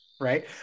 Right